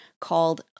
called